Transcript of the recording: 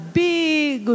big